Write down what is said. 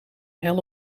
hel